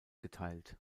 geteilt